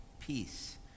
peace